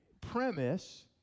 premise